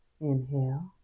Inhale